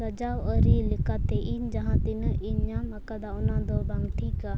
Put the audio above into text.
ᱥᱟᱡᱟᱣ ᱟᱹᱨᱤ ᱞᱮᱠᱟᱛᱮ ᱤᱧ ᱡᱟᱦᱟᱸ ᱛᱤᱱᱟᱹᱜ ᱤᱧ ᱧᱟᱢ ᱟᱠᱟᱫᱟ ᱚᱱᱟᱫᱚ ᱵᱟᱝ ᱴᱷᱤᱠᱟ